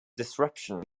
disruption